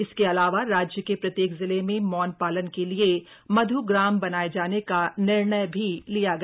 इसके अलावा राज्य के प्रत्येक जिले में मौन पालन के लिए मध् ग्राम बनाये जाने का निर्णय भी लिया गया